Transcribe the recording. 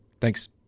Thanks